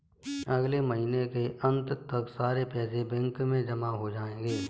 अगले महीने के अंत तक सारे पैसे बैंक में जमा हो जायेंगे